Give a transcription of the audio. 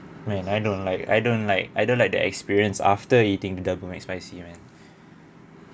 man I don't like I don't like I don't like the experience after eating double mac spicy man